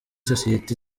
sosiyete